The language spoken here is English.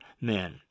men